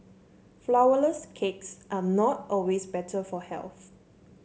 flourless cakes are not always better for health